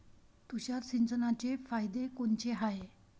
तुषार सिंचनाचे फायदे कोनचे हाये?